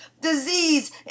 disease